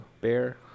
bear